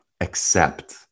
accept